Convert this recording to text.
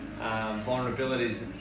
vulnerabilities